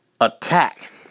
attack